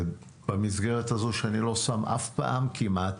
זה במסגרת הזו שאני לא שם אף פעם כמעט